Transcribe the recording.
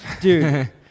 Dude